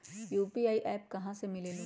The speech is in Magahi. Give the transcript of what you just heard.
यू.पी.आई एप्प कहा से मिलेलु?